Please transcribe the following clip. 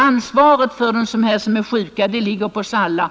Ansvaret för dem som är sjuka ligger på oss alla.